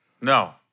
No